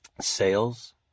sales